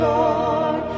Lord